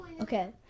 Okay